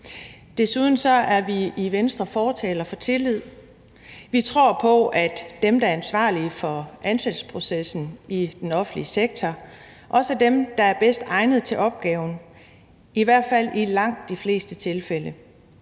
Desuden er vi i Venstre fortalere for tillid. Vi tror på, at dem, der er ansvarlige for ansættelsesprocessen i den offentlige sektor, også er dem, der er bedst egnede til opgaven, i hvert fald i langt de fleste tilfælde.